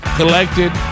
collected